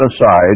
aside